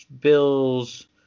bills